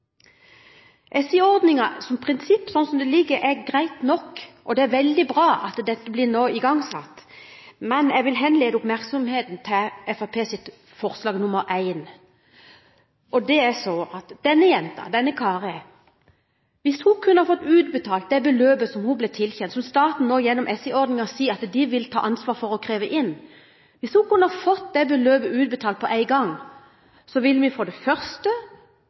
SI-ordningen som prinsipp sånn som den foreligger, er grei nok, og det er veldig bra at den nå blir iverksatt. Men jeg vil henlede oppmerksomheten på Fremskrittspartiets forslag nr. 1. Hvis denne jenta, denne Kari, kunne ha fått utbetalt det beløpet som hun ble tilkjent, på én gang, som staten nå gjennom SI-ordningen sier at de vil ta ansvar for å kreve inn, vil vi for det første